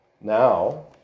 now